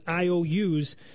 IOUs